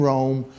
Rome